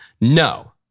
No